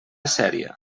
seria